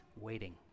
waiting